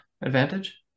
advantage